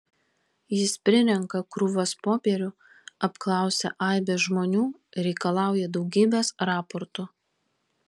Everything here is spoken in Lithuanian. jis prirenka krūvas popierių apklausia aibes žmonių reikalauja daugybės raportų